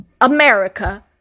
America